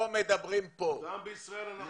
גם בישראל מדברים.